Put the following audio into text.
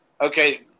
okay